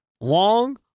long